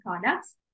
products